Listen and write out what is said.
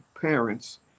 parents